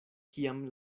kiam